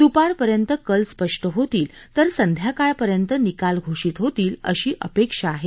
दुपारपर्यंत कल स्पष्ट होतील तर संध्याकाळपर्यंत निकाल घोषित होतील अशी अपेक्षा आहे